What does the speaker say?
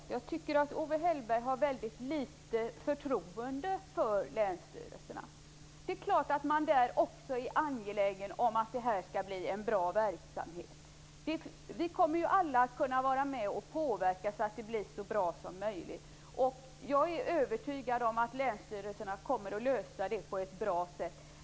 Herr talman! Jag tycker att Owe Hellberg har litet förtroende för länsstyrelserna. Det är klart att man också där är angelägen om att det här skall bli en bra verksamhet. Vi kommer alla att kunna var med och påverka så att det blir så bra som möjligt. Jag är övertygad om att länsstyrelserna kommer att lösa det på ett bra sätt.